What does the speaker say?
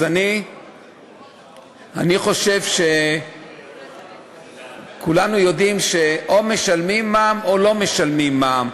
אני חושב שכולנו יודעים שאו שמשלמים מע"מ או שלא משלמים מע"מ.